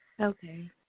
Okay